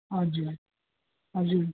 हजुर हजुर